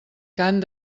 cant